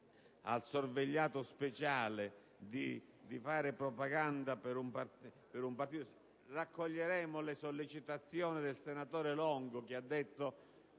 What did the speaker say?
al sorvegliato speciale di far propaganda per un partito, raccoglieremo le sollecitazioni del senatore Longo, che ha parlato